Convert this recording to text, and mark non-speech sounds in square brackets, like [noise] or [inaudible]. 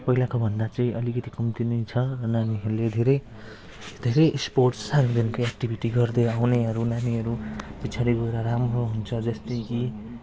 पहिलाको भन्दा चाहिँ अलिकति कम्ती लिन्छ नानीहरूले धेरै धेरै स्पोर्ट्स [unintelligible] को एक्टिभिटी गर्दै उनीहरू नानीहरू पछाडि गएर राम्रै हुन्छ जस्तै कि